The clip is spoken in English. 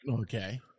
Okay